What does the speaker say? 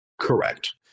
Correct